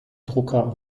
drucker